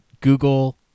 Google